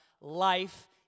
life